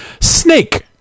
Snake